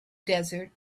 desert